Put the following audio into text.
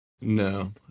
No